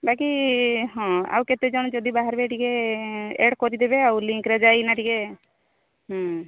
ବାକି ହଁ ଆଉ କେତେଜଣ ଯଦି ବାହାରିବେ ଆଡ଼୍ କରିଦେବେ ଆଉ ଲିଙ୍କ୍ରେ ଯାଇକିନା ଟିକେ ହୁଁ